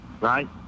right